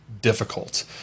difficult